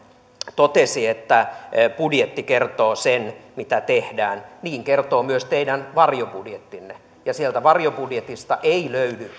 totesi että budjetti kertoo sen mitä tehdään niin kertoo myös teidän varjobudjettinne ja sieltä varjobudjetista ei löydy